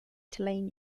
tulane